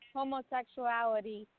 homosexuality